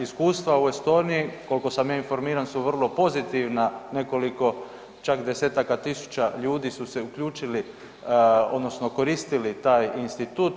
Iskustva u Estonija, koliko sam ja informiran, su vrlo pozitivna, nekoliko čak desetaka tisuća ljudi su se uključili odnosno koristili taj institut.